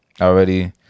already